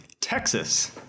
Texas